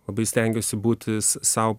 labai stengiuosi būti s sau